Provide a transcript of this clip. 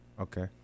Okay